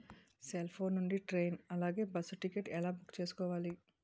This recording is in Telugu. సెల్ ఫోన్ నుండి ట్రైన్ అలాగే బస్సు టికెట్ ఎలా బుక్ చేసుకోవాలి?